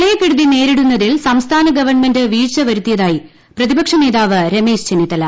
പ്രളയക്കെടുതി നേരിടുന്ന്തിൽ സംസ്ഥാന ന് ഗവൺമെന്റ് വീഴ്ച്ച വരുത്തിയതായി പ്രതിപക്ഷ നേതാവ് രമേശ്ച്ചെന്നിത്തല